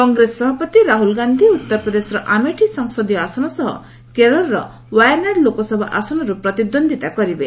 କଂଗ୍ରେସ ସଭାପତି ରାହୁଲ ଗାନ୍ଧି ଉତ୍ତର ପ୍ରଦେଶର ଆମେଠି ସଂସଦୀୟ ଆସନ ସହ କେରଳର ୱାୟାନାଡ଼ ଲୋକସଭା ଆସନର୍ ପ୍ରତିଦ୍ୱନ୍ଦିତା କରିବେ